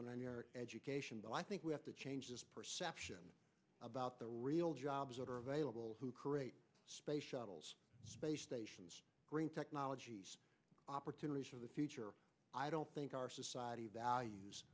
on in your education but i think we have to change the perception about the real jobs that are available who create space shuttles space stations green technologies opportunities for the future i don't think our society values